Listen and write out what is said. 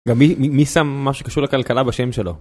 מי שם משהו קשור לכלכלה בשם שלו.